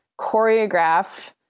choreograph